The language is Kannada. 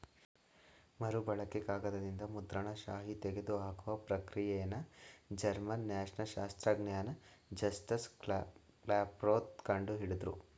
ಮರುಬಳಕೆ ಕಾಗದದಿಂದ ಮುದ್ರಣ ಶಾಯಿ ತೆಗೆದುಹಾಕುವ ಪ್ರಕ್ರಿಯೆನ ಜರ್ಮನ್ ನ್ಯಾಯಶಾಸ್ತ್ರಜ್ಞ ಜಸ್ಟಸ್ ಕ್ಲಾಪ್ರೋತ್ ಕಂಡು ಹಿಡುದ್ರು